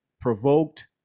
provoked